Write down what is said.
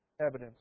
evidence